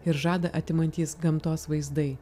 ir žadą atimantys gamtos vaizdai